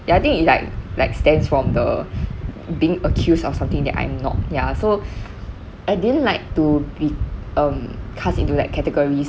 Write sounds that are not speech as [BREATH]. ya I think it like like stems from the being accused of something that I'm not ya so [BREATH] I didn't like to be um cast into that category